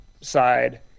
side